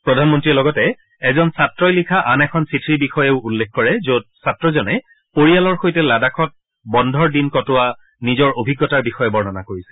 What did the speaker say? প্ৰধানমন্ত্ৰীয়ে লগতে এজন ছাত্ৰই লিখা আন এখন চিঠিৰ বিষয়েও উল্লেখ কৰে য'ত ছাত্ৰজনে পৰিয়ালৰ সৈতে লাডাখত বন্ধৰ দিন কটোৱা নিজৰ অভিজ্ঞতাৰ বিষয়ে বৰ্ণনা কৰিছিল